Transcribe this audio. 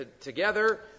together